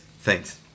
Thanks